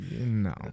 No